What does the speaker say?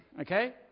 Okay